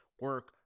Work